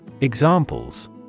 Examples